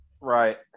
Right